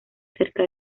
cerca